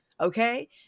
okay